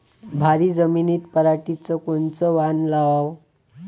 भारी जमिनीत पराटीचं कोनचं वान लावाव?